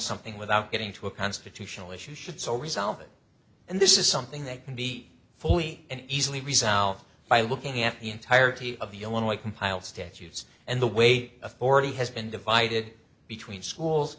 something without getting to a constitutional issue should so resolve it and this is something that can be fully and easily resolved by looking at the entirety of the only compiled statutes and the way authority has been divided between schools